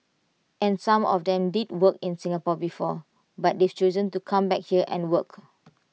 and some of them did work in Singapore before but they've chosen to come back here and work